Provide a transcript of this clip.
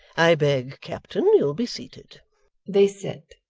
i beg, captain, you'll be seated they sit.